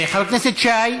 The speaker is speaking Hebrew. חבר הכנסת שי,